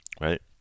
right